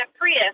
Prius